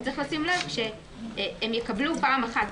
הם יקבלו פעם אחת.